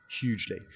hugely